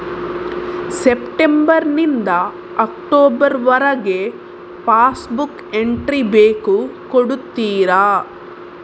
September ನಿಂದ October ವರಗೆ passbook entry ಬೇಕು ಕೊಡುತ್ತೀರಾ?